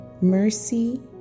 Mercy